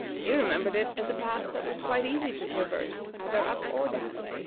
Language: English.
he remembered it as a path that was quite easy to traverse either up or down.